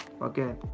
okay